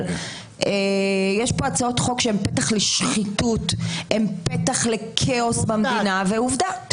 יש פה הצעות חוק שהן פתח לשחיתות וכאוס במדינה ועובדה,